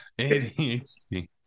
ADHD